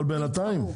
אבל בינתיים,